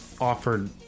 offered